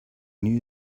knew